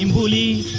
and fully